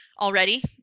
already